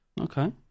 Okay